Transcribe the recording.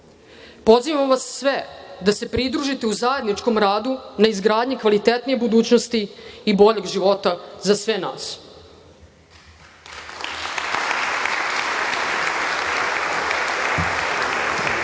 Pozivam vas sve da se pridružite u zajedničkom radu na izgradnji kvalitetnije budućnosti i boljeg života za sve